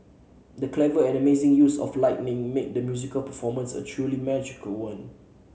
the clever and amazing use of lighting made the musical performance a truly magical one